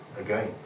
again